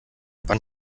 wann